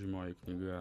žymioji knyga